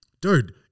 Dude